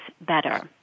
better